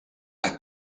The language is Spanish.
las